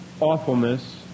awfulness